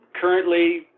currently